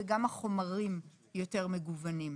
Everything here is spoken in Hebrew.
וגם החומרים יותר מגוונים.